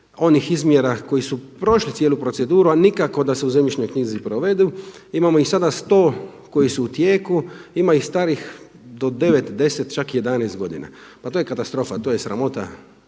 onih izmjera koji su prošli cijelu proceduru, a nikako da se u zemljišnoj knjizi provedu. Imamo ih sada 100 koji su u tijeku, ima i starih do devet, deset, čak i jedanaest godina. Pa to je katastrofa, to je sramota,